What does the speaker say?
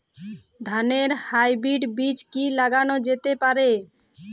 ধানের হাইব্রীড বীজ কি লাগানো যেতে পারে?